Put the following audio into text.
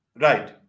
Right